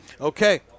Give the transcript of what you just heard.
Okay